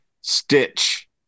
stitch